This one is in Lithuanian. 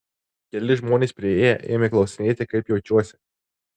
keli žmonės priėję ėmė klausinėti kaip jaučiuosi